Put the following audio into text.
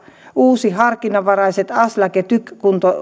uusi harkinnanvaraiset aslak ja tyk